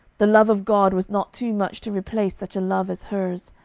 the love of god was not too much to replace such a love as hers.